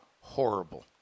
horrible